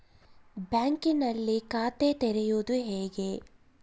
ಬ್ಯಾಂಕಿನಲ್ಲಿ ಖಾತೆ ತೆರೆಯುವುದು ಹೇಗೆ?